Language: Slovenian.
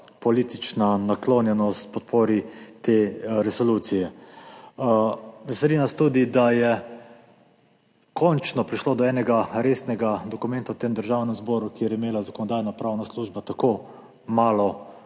politična naklonjenost podpori te resolucije. Veseli nas tudi, da je končno prišlo do enega resnega dokumenta v Državnem zboru, kjer je imela Zakonodajno-pravna služba tako malo